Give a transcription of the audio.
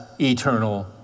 eternal